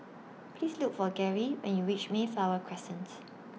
Please Look For Garey when YOU REACH Mayflower Crescents